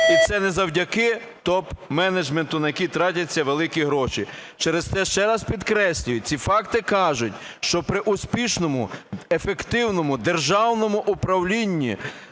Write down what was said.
і це не завдяки топ-менеджменту на які тратяться великі гроші. Через це ще раз підкреслюю, ці факти кажуть, що при успішному ефективному державному управлінні